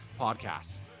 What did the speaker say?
podcasts